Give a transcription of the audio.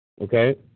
Okay